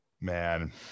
man